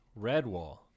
Redwall